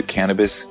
Cannabis